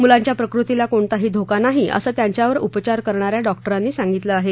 मुलांच्या प्रकृतीला कोणताही धोका नाही असं त्यांच्यावर उपचार करणा या डॉक्टरांनी सांगितलं आहे